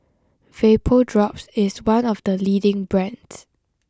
VapoDrops is one of the leading brands